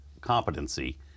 competency